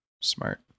Smart